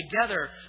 together